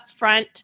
upfront